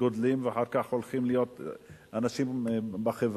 גדלים ואחר כך הולכים להיות אנשים בחברה.